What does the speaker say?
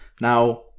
Now